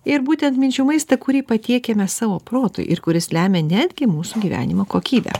ir būtent minčių maistą kurį patiekiame savo protui ir kuris lemia netgi mūsų gyvenimo kokybę